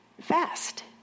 fast